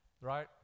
right